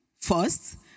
first